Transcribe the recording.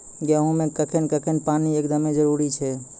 गेहूँ मे कखेन कखेन पानी एकदमें जरुरी छैय?